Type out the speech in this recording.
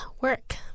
work